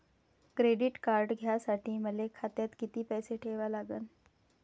Credit card घ्यासाठी मले खात्यात किती पैसे ठेवा लागन?